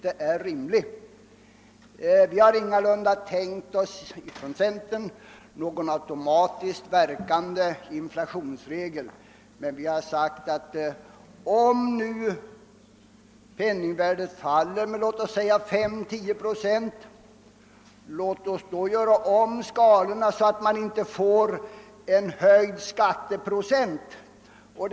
s Vi inom centern har ingalunda tänkt oss någon automatiskt verkande inflationsregel, men vi har sagt oss att om nu penningvärdet faller med exempelvis 5—10 procent, kan skatteskalorna göras om så att inte skatteprocenten höjs.